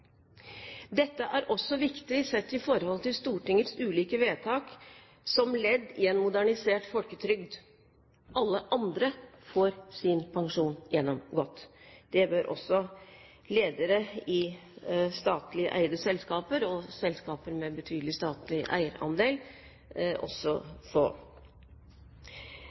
Dette er viktig også sett i forhold til Stortingets ulike vedtak som ledd i en modernisert folketrygd. Alle andre får sin pensjon gjennomgått. Det bør også ledere i statlig eide selskaper og selskaper med en betydelig statlig eierandel få.